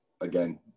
again